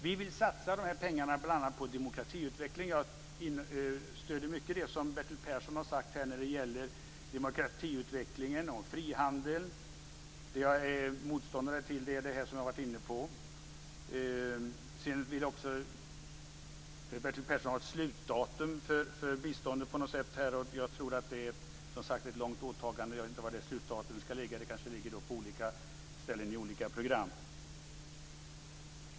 Vi vill satsa de här pengarna bl.a. på demokratiutveckling. Jag stöder mycket av det som Bertil Persson har sagt när det gäller demokratiutvecklingen och frihandeln. Det jag är motståndare till är det som jag har varit inne på. Sedan vill Bertil Persson också ha ett slutdatum för biståndet, och jag tror att det är ett långt åtagande. Jag vet inte var slutdatum ska ligga; det kanske ligger på olika ställen i olika program.